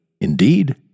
Indeed